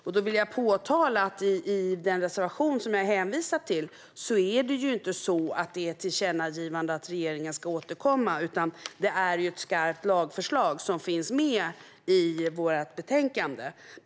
Jag vill påpeka att den reservation jag hänvisar till inte handlar om ett tillkännagivande att regeringen ska återkomma utan om ett skarpt lagförslag som finns med i vårt betänkande.